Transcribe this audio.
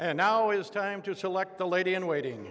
and now it is time to select the lady in waiting